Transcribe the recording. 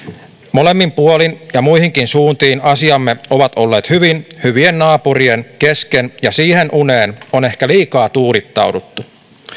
molemmin puolin ja muihinkin suuntiin asiamme ovat olleet hyvin hyvien naapurien kesken ja siihen uneen on ehkä liikaa tuudittauduttu